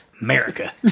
America